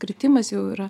kritimas jau yra